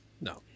No